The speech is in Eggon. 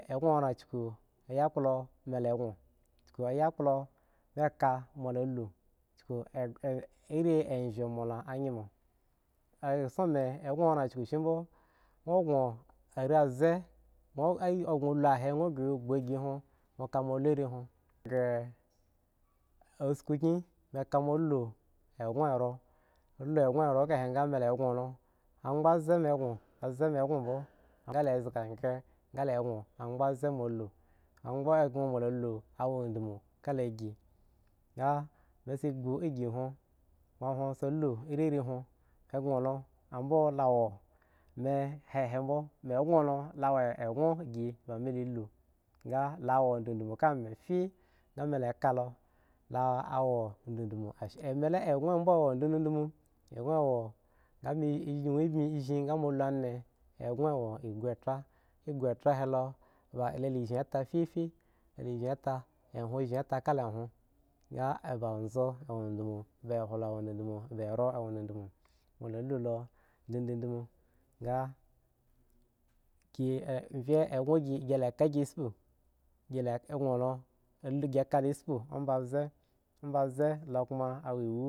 mi ghon okan kuk aykpolo mi mo la la iri ve mo la yomo essom mi gho oran kuk shi mbo nw ghon are able a bowo la a he gi nogon mi gir asko kyen mo lu eggooo ero aka he mi la ghon lo abe mi ghon abza mi ghon bmo ga mi zga abw abze mo la la ga abwo mo la la awo dodomu tala gi ga zo gi hwo mi ghon lo awo eggon ba mi la lu we eggo wu dodi eggo ugu kya ba anzo awo dodom ba eholo awo dodom be ero awo dodom mo la lu lo dodomo ga eggon gi t ka shi gi gho spo amba bze amba bze lekma aeyy.